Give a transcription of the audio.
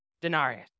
denarius